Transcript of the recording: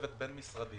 צוות בין-משרדי